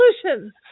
solutions